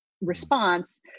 response